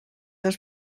els